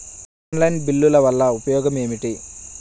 Online బిల్లుల వల్ల ఉపయోగమేమిటీ?